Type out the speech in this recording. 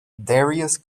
darius